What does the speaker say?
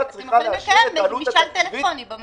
צריכים לקיים משאל טלפוני בממשלה.